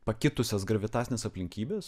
pakitusias gravitacines aplinkybes